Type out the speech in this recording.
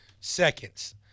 seconds